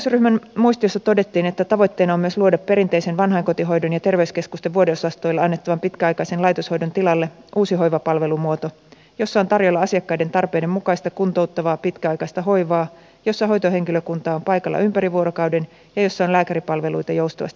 ohjausryhmän muistiossa todettiin että tavoitteena on myös luoda perinteisen vanhainkotihoidon ja terveyskeskusten vuodeosastoilla annettavan pitkäaikaisen laitoshoidon tilalle uusi hoivapalvelumuoto jossa on tarjolla asiakkaiden tarpeiden mukaista kuntouttavaa pitkäaikaista hoivaa jossa hoitohenkilökunta on paikalla ympäri vuorokauden ja jossa on lääkäripalveluita joustavasti saatavilla